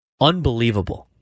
Unbelievable